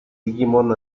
digimon